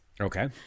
okay